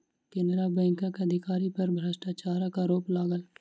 केनरा बैंकक अधिकारी पर भ्रष्टाचारक आरोप लागल